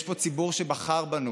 יש פה ציבור שבחר בנו,